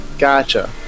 Gotcha